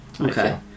Okay